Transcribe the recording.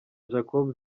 jacob